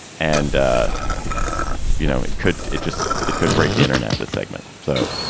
and ah it's you know, it could it just it could break the internet, the segment, so.